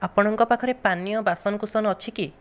ଆପଣଙ୍କ ପାଖରେ ପାନୀୟ ବାସନକୁସନ ଅଛି କି